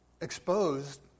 exposed